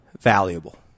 valuable